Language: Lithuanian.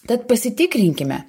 tad pasitikrinkime